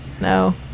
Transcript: no